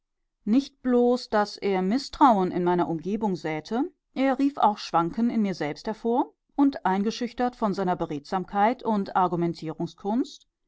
nicht bloß daß er mißtrauen in meiner umgebung säte rief er auch schwanken in mir selbst hervor und eingeschüchtert von seiner beredsamkeit und